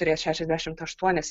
turės šešiasdešimt aštuonias